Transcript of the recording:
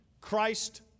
Christ